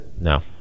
No